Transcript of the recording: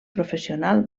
professional